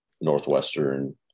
Northwestern